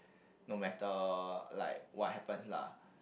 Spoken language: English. no matter like what happens lah